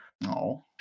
No